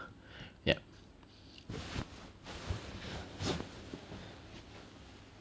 yeah